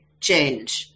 change